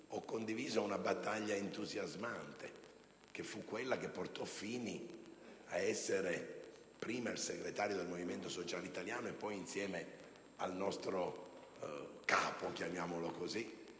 ho condiviso una battaglia entusiasmante, che fu quella che portò Fini prima ad essere il segretario del Movimento sociale italiano e poi, insieme al nostro capo - chiamiamolo così